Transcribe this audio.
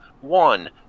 one